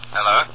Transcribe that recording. Hello